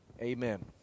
amen